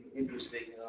interesting